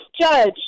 judge